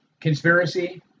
conspiracy